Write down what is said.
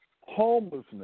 homelessness